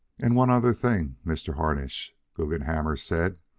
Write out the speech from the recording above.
and one other thing, mr. harnish, guggenhammer said,